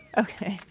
ok.